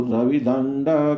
Ravidanda